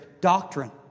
doctrine